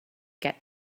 get